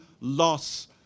loss